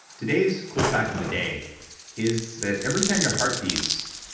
today's cool fact of the day is that every time your heart beats,